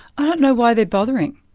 i don't know why they're bothering.